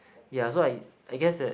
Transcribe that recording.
ya so I I guess that